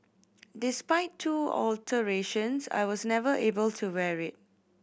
despite two alterations I was never able to wear it